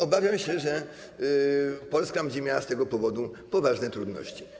Obawiam się, że Polska będzie miała z tego powodu poważne trudności.